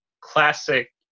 classic